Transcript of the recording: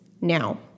now